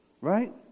Right